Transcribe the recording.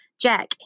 Jack